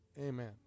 Amen